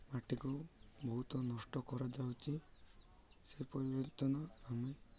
ମାଟିକୁ ବହୁତ ନଷ୍ଟ କରାଯାଉଛି ସେ ପରିବର୍ତ୍ତନ ଆମେ